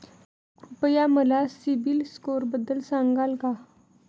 कृपया मला सीबील स्कोअरबद्दल सांगाल का?